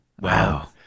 Wow